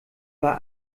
war